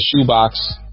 shoebox